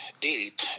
deep